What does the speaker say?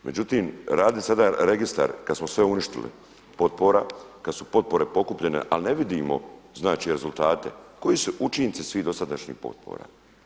Međutim, radi sada registar kada smo sve uništili potpora, kad su potpore pokupljene, ali ne vidimo, znači rezultate koji su učinci svih dosadašnjih potpora.